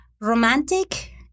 romantic